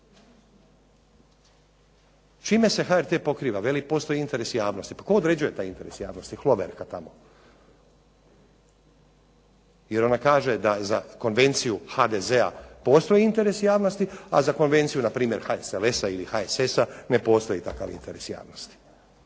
Čime se HRT pokriva, veli postoji interes javnosti, tko određuje interes javnosti, Hloverka tamo. Jer ona kaže da za konvenciju HDZ-a postoji interes javnosti a za konvenciju na primjer HSLS-a ili HSS-a ne postoji interes javnosti.